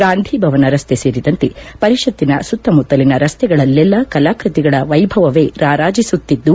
ಗಾಂಧಿಭವನ ರಸ್ತೆ ಸೇರಿದಂತೆ ಪರಿಷತ್ತಿನ ಸುತ್ತಮುತ್ತಲಿನ ರಸ್ತೆಗಳಲ್ಲೆಲ್ಲ ಕಲಾಕೃತಿಗಳ ವೈಭವವೇ ರಾರಾಜಿಸುತ್ತಿದ್ದು